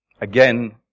again